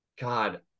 God